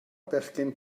bechgyn